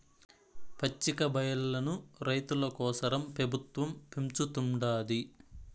పచ్చికబయల్లను రైతుల కోసరం పెబుత్వం పెంచుతుండాది